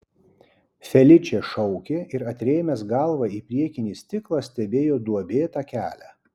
feličė šaukė ir atrėmęs galvą į priekinį stiklą stebėjo duobėtą kelią